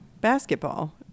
basketball